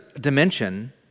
dimension